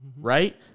right